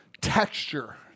texture